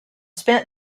spent